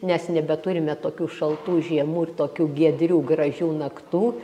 nes nebeturime tokių šaltų žiemų ir tokių giedrių gražių naktų